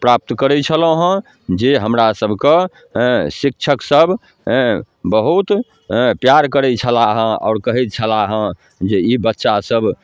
प्राप्त करै छलहुँ हँ जे हमरा सभके शिक्षकसभ बहुत हेँ प्यार करै छलाह हँ आओर कहैत छलाह हँ जे ई बच्चासभ